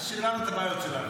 תשאיר לנו את הבעיות שלנו.